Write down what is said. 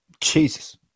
Jesus